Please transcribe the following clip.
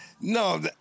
no